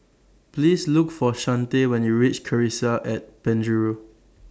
Please Look For Shante when YOU REACH Cassia At Penjuru